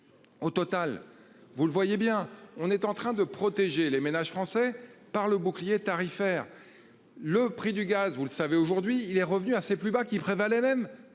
Au total, vous le voyez bien on est en train de protéger les ménages français par le bouclier tarifaire. Le prix du gaz, vous le savez, aujourd'hui il est revenu à ses plus bas qui prévalait même